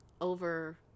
over